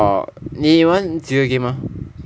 oh 你玩几个 game ah